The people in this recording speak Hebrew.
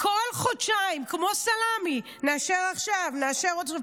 כל חודשיים, כמו סלמי: נאשר עכשיו, נאשר עוד זמן.